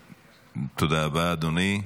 תודה רבה, אדוני.